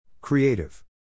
Creative